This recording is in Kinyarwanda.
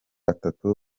atatu